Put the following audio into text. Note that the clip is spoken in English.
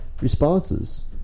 responses